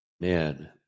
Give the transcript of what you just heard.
man